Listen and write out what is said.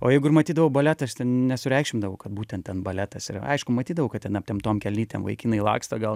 o jeigu ir matydavau baletą aš ten nesureikšmindavau kad būtent ten baletas yra aišku matydavau kad ten aptemptom kelnytėm vaikinai laksto gal